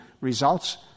results